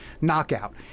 knockout